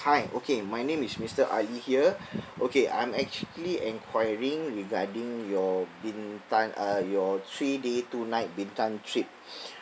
hi okay my name is mister ali here okay I'm actually enquiring regarding your bintan uh your three day two night bintan trip